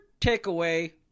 takeaway